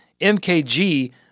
MKG